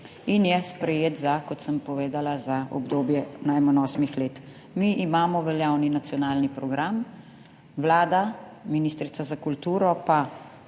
in je sprejet za, kot sem povedala, za obdobje najmanj osmih let. Mi imamo veljavni nacionalni program. Vlada, ministrica za kulturo pa